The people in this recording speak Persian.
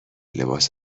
لباس